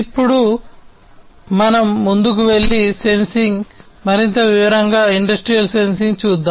ఇప్పుడు మనం ముందుకు వెళ్లి సెన్సింగ్ మరింత వివరంగా ఇండస్ట్రియల్ సెన్సింగ్ చూద్దాం